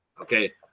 okay